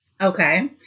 Okay